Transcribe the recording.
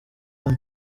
hano